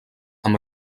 amb